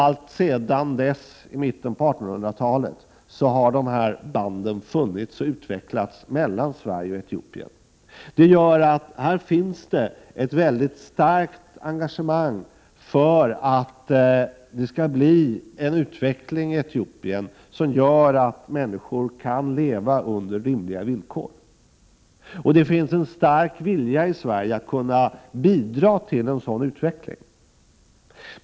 Alltsedan dess — dvs. i mitten av 1800-talet — har nämnda band funnits och utvecklats mellan Sverige och Etiopien. Det gör att det finns ett väldigt starkt engagemang i Etiopien för en utveckling, som medger att människor kan leva under rimliga villkor. Dessutom finns det en stark vilja i Sverige att bidra till en sådan utveckling.